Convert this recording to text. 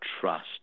trust